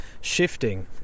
shifting